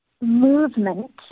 movement